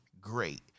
Great